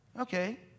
okay